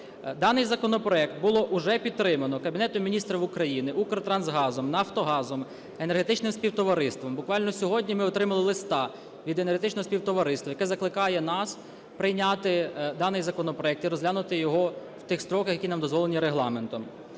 Даний законопроект було уже підтримано Кабінетом Міністрів, "Укртрансгазом", "Нафтогазом", Енергетичним Співтовариством. Буквально сьогодні ми отримали листа від Енергетичного Співтовариства, яке закликає нас прийняти даний законопроект і розглянути його в тих строках, які нам дозволені Регламентом.